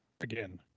again